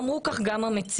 ואמרו כך גם המציעים.